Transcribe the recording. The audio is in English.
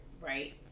Right